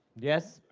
yes?